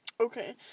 Okay